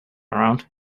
around